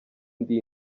ndi